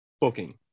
booking